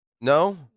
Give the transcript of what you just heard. No